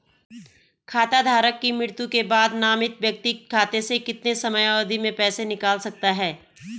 खाता धारक की मृत्यु के बाद नामित व्यक्ति खाते से कितने समयावधि में पैसे निकाल सकता है?